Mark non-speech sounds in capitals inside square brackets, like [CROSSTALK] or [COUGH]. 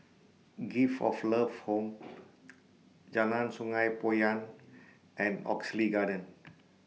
Gift of Love Home [NOISE] Jalan Sungei Poyan and Oxley Garden